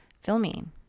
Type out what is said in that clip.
filming